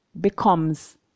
becomes